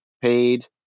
paid